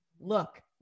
look